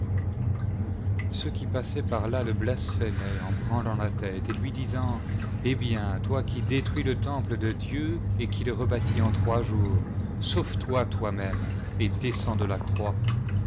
ceux qui passaient parlà le blaspliémaient en branlant ïa tête et lui disant eh bien toi qu détruis le temple de dieu et qui le rebâtis en trois jours sauve-toi toi-même et descends de la